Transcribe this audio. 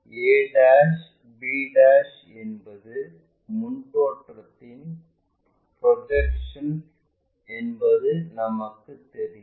a b என்பது முன் தோற்றத்தின் ப்ரொஜெக்ஷன் என்பது நமக்குத் தெரியும்